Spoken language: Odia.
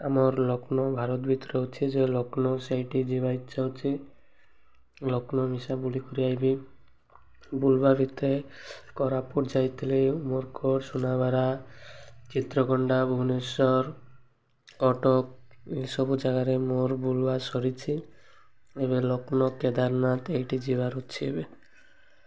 ଆମର୍ ଲକ୍ଷ୍ନୈ ଭାରତ ଭିତରେ ଅଛି ଯେଉଁ ଲକ୍ଷ୍ନୈ ସେଇଠି ଯିବା ଇଚ୍ଛା ଅଛି ଲକ୍ଷ୍ନୈ ମିଶା ବୁଲିିକରି ଆସିବି ବୁଲିବା ଭିତେ କୋରାପୁଟ ଯାଇଥିଲି ମର୍କଡ଼ ସୁନାବାରା ଚିତ୍ରକୋଣ୍ଡା ଭୁବନେଶ୍ୱର କଟକ ଏସବୁ ଜାଗାରେ ମୋର୍ ବୁଲିବା ସରିଛି ଏବେ ଲକ୍ଷ୍ନୈ କେଦାରନାଥ ଏଇଠି ଯିବାର ଅଛି ଏବେ